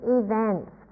events